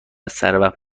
سروقت